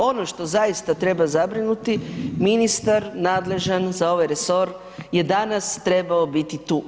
Ono što zaista treba zabrinuti ministar nadležan za ovaj resor je danas trebao biti tu.